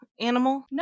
animal